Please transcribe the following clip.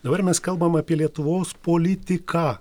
dabar mes kalbam apie lietuvos politiką